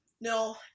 No